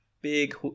Big